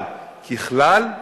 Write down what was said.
אבל ככלל,